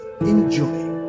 enjoy